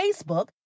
Facebook